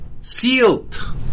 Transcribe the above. sealed